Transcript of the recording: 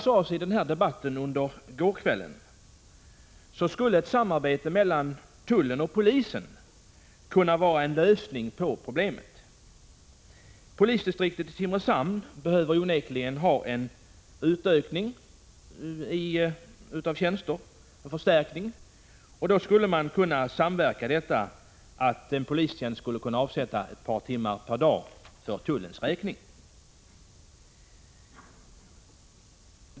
Som sades i denna debatt under gårdagskvällen skulle ett samarbete mellan tullen och polisen kunna vara en lösning på problemet. Polisdistriktet i Simrishamn behöver onekligen förstärkning. Tullen och polisen skulle kunna samverka på så vis att en polistjänst avsätts ett par timmar per dag för tullens räkning.